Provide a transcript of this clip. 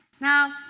Now